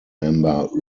member